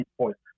points